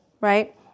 right